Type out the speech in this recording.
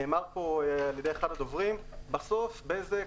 נאמר כאן על ידי אחד הדוברים שבסוף בזק,